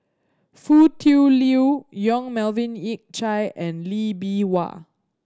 Foo Tui Liew Yong Melvin Yik Chye and Lee Bee Wah